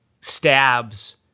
stabs